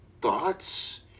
thoughts